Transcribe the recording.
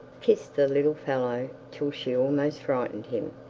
kissed the little fellow till she almost frightened him.